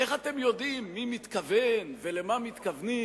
איך אתם יודעים מי מתכוון ולמה מתכוונים?